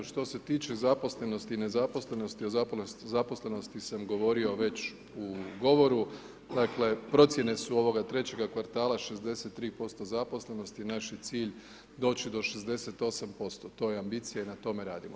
Što se tiče zaposlenosti i nezaposlenosti, a o zaposlenosti sam govorio već u govoru, dakle, procjene su ovoga trećega kvartala 63% zaposlenosti, naš je cilj doći do 68%, to je ambicija i na tome radimo.